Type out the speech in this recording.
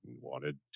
wanted